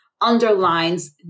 underlines